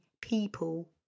people